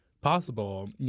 possible